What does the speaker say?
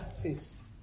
please